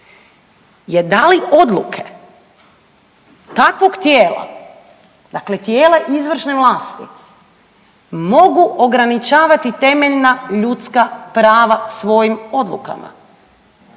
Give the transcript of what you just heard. je da li odluke takvog tijela, dakle tijela izvršne vlasti mogu ograničavati temeljna ljudska prava svojim odlukama